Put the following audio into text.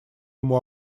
ему